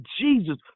Jesus